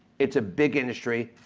it's a big industry,